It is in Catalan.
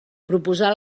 proposar